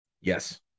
Yes